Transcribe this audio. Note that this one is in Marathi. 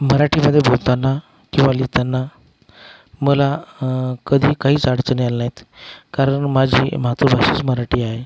मराठीमध्ये बोलताना किंवा लिहिताना मला कधी काहीच अडचणी आल्या नाहीत कारण माझी मातृभाषाच मराठी आहे